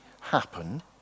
happen